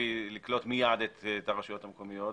מיטבי לקלוט מיד את הרשויות המקומיות,